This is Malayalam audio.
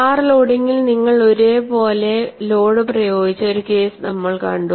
ഫാർ ലോഡിംഗിൽ നിങ്ങൾ ഒരേപോലെ ലോഡ് പ്രയോഗിച്ച ഒരു കേസ് നമ്മൾ കണ്ടു